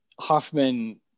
Hoffman